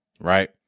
right